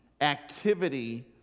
activity